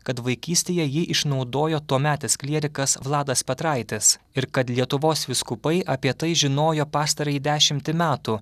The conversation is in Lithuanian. kad vaikystėje jį išnaudojo tuometis klierikas vladas petraitis ir kad lietuvos vyskupai apie tai žinojo pastarąjį dešimtį metų